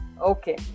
Okay